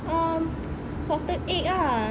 um salted egg ah